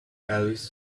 elvis